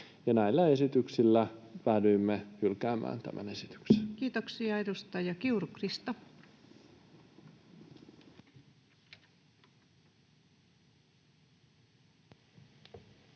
Näillä esityksillä päädyimme hylkäämään tämän esityksen. Kiitoksia. — Edustaja Kiuru, Krista. Arvoisa